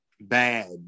bad